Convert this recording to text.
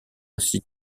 ainsi